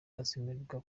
azemerwa